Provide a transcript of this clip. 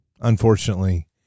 unfortunately